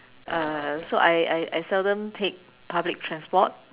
uh so I I I seldom take public transport